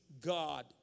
God